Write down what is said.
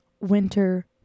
winter